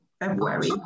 February